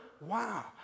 wow